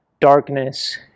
darkness